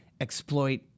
exploit